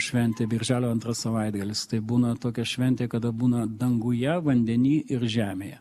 šventė birželio antras savaitgalis tai būna tokia šventė kada būna danguje vandeny ir žemėje